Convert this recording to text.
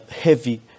heavy